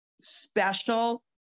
special